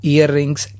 Earrings